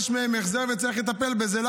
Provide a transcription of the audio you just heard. וצריך לטפל בזה.